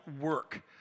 work